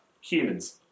Humans